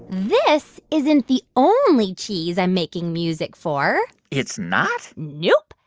this isn't the only cheese i'm making music for it's not? nope.